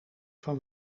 van